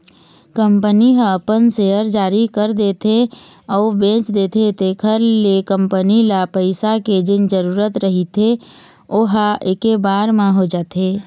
company ह अपन share जारी कर देथे अउ बेच देथे तेखर ले कंपनी ल पइसा के जेन जरुरत रहिथे ओहा ऐके बार म हो जाथे